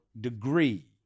degree